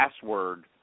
password